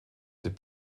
den